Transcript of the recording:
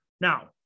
Now